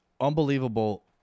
unbelievable